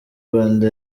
rwanda